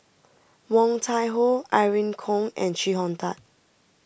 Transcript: Woon Tai Ho Irene Khong and Chee Hong Tat